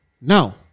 Now